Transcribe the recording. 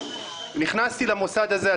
נכנסתי למוסד הזה,